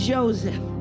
Joseph